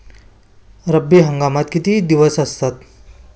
रब्बी हंगामात किती दिवस असतात?